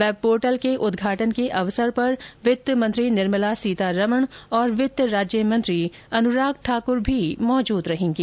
web portal के उद्घाटन के अवसर पर वित्त मंत्री निर्मला सीतारमन और वित्त राज्य मंत्री अनुराग ठाकुर भी मौजूद रहेंगे